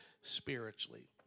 spiritually